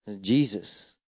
Jesus